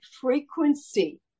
frequency